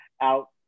out